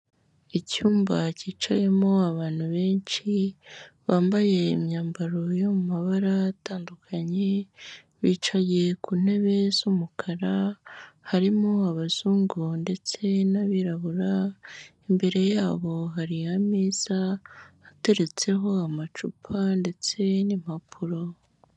Icyumba cyicayemo abantu benshi, bambaye imyambaro yo mu mabara atandukanye, bicaye ku ntebe z'umukara, harimo abazungu ndetse n'abirabura, imbere yabo hari ameza ateretseho amacupa ndetse n'impapuro.